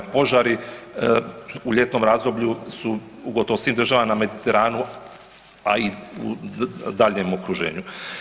Požari u ljetnom razdoblju su u gotovo svim državama na mediteranu a i u daljnjem okruženju.